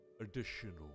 additional